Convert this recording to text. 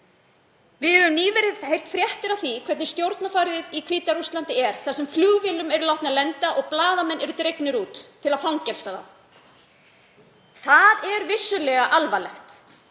Við höfum nýverið heyrt fréttir af því hvernig stjórnarfarið í Hvíta-Rússlandi er þar sem flugvélar eru látnar lenda og blaðamenn eru dregnir út til að fangelsa þá. Það er vissulega alvarlegt.